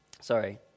sorry